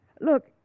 Look